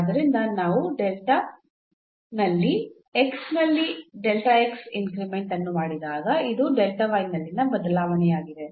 ಆದ್ದರಿಂದ ನಾವು ನಲ್ಲಿ x ನಲ್ಲಿ ಇನ್ಕ್ರಿಮೆಂಟ್ ಅನ್ನು ಮಾಡಿದಾಗ ಇದು ನಲ್ಲಿನ ಬದಲಾವಣೆಯಾಗಿದೆ